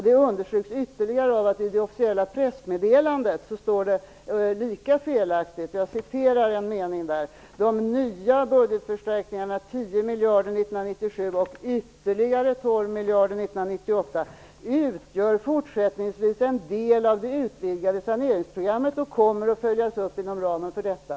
Det understryks ytterligare av att det som står i det officiella pressmeddelandet är lika felaktigt: De nya budgetförstärkningarna, 10 miljarder 1997 och ytterligare 12 miljarder 1998, utgör fortsättningsvis en del av det utvidgade saneringsprogrammet och kommer att följas upp inom ramen för detta.